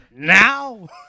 Now